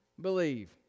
believe